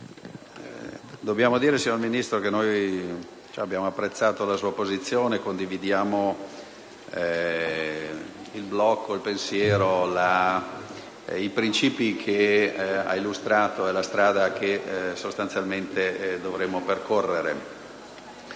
vorrei dire al signor Ministro che abbiamo apprezzato la sua posizione e condividiamo in blocco il pensiero e i principi che ha illustrato nella strada che sostanzialmente dovremo percorrere.